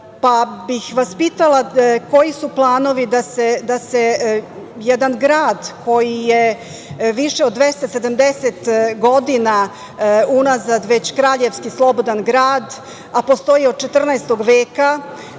pa bih vas pitala koji su planovi da se jedan grad koji je više od 270 godina unazad već kraljevski slobodan grad, a postoji od 14. veka,